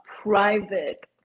private